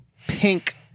pink